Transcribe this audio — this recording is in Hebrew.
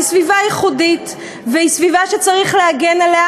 סביבה ייחודית והיא סביבה שצריך להגן עליה,